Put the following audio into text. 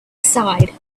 aside